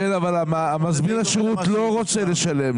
אבל מזמין השירות לא רוצה לשלם.